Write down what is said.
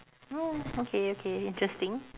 oh okay okay interesting